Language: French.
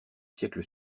siècle